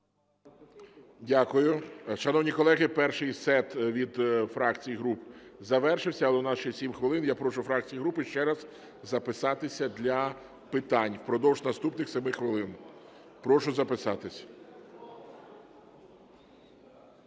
Дякую. Шановні колеги, перший сет від фракцій і груп завершився. Але у нас ще 7 хвилин, я прошу фракції і групи ще раз записатися для питань впродовж наступних 7 хвилин. Прошу записатися.